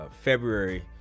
february